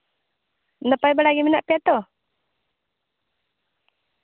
ᱱᱟᱯᱟᱭ ᱵᱟᱲᱟ ᱜᱮ ᱢᱮᱱᱟᱜ ᱯᱮᱭᱟ ᱛᱚ